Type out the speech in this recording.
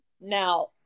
Now